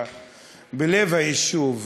בלב היישוב,